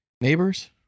Neighbors